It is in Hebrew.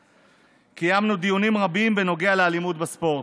קיימנו דיונים רבים בנוגע לאלימות בספורט,